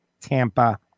Tampa